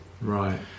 Right